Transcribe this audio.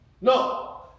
no